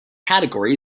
category